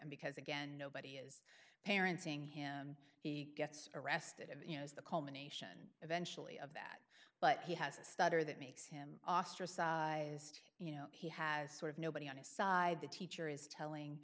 and because again nobody is parenting him he gets arrested and you know is the culmination eventually of that but he has a stutter that makes him ostracized you know he has sort of nobody on his side the teacher is